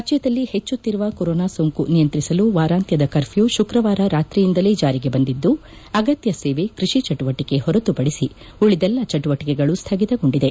ರಾಜ್ಞದಲ್ಲಿ ಹೆಚ್ಚುತ್ತಿರುವ ಕೊರೋನ ಸೋಂಕು ನಿಯಂತ್ರಿಸಲು ವಾರಾಂತ್ವದ ಕರ್ಫ್ಯೂ ಶುಕ್ರವಾರ ರಾತ್ರಿಯಿಂದಲೇ ಜಾರಿಗೆ ಬಂದಿದ್ದು ಅಗತ್ಯ ಸೇವೆ ಕೃಷಿ ಚಟುವಟಿಕೆ ಹೊರತುಪಡಿಸಿ ಉಳಿದೆಲ್ಲ ಚಟುವಟಿಕೆಗಳು ಸ್ವಗಿತಗೊಂಡಿದೆ